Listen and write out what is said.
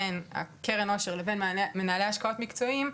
בין קרן העושר לבין מנהלי השקעות מקצועיים,